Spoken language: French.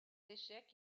échecs